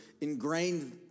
ingrained